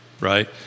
right